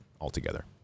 altogether